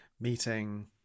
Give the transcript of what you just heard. meeting